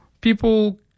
people